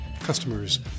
customers